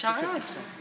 שמונה דקות יש?